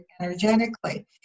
energetically